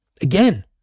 Again